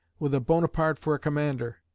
with a bonaparte for a commander,